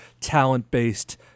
talent-based